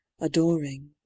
adoring